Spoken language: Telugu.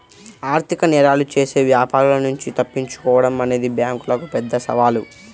ఆర్థిక నేరాలు చేసే వ్యాపారుల నుంచి తప్పించుకోడం అనేది బ్యేంకులకు పెద్ద సవాలు